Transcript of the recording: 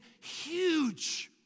huge